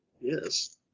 Yes